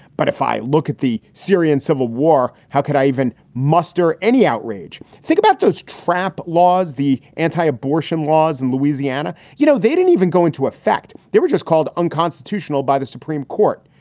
but if i look at the syrian civil war, how could i even muster any outrage? think about those trap laws, the anti-abortion laws in louisiana. you know, they didn't even go into effect. they were just called unconstitutional by the supreme court.